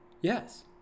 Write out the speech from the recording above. Yes